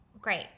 Great